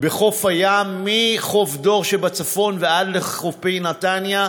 בחוף הים, מחוף דור שבצפון ועד לחופי נתניה,